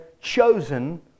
chosen